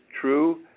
true